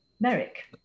Merrick